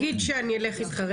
אם אני אלך איתך,